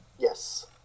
Yes